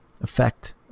effect